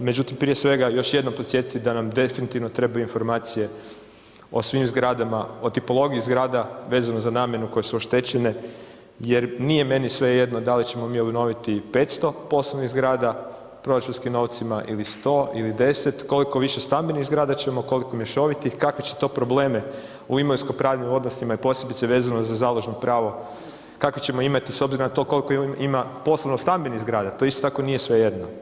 Međutim, prije svega još jednom podsjetiti da nam definitivno trebaju informacije o svim zgradama, o tipologiji zgrada vezano za namjenu koje su oštećene jer nije meni svejedno da li ćemo mi obnoviti 500 poslovnih zgrada proračunskim novcima ili 100 ili 10, koliko višestambenih zgrada ćemo, koliko mješovitih, kakve će to probleme u imovinsko-pravnim odnosima i posebice vezano za založno pravo, kakve ćemo imati s obzirom na to kolko ima poslovno-stambenih zgrada, to isto tako nije svejedno.